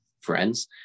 friends